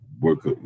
work